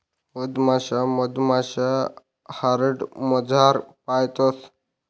मधमाशा मधमाशा यार्डमझार पायतंस